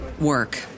work